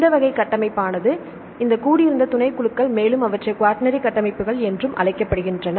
இந்த வகை கட்டமைப்பானது இந்த கூடியிருந்த துணைக்குழுக்கள் மேலும் அவற்றை குவாட்டர்னரி கட்டமைப்புகள் என்றும் அழைக்கப்படுகின்றன